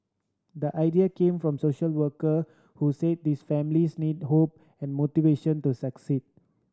the idea came from social worker who said these families need hope and motivation to succeed